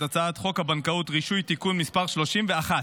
הצעת חוק הבנקאות (רישוי) (תיקון מס' 31),